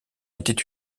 était